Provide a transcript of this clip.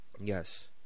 Yes